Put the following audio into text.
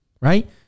right